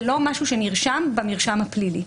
זה לא משהו שנרשם מרשם הפלילי.